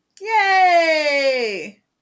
Yay